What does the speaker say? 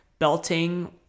belting